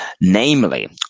namely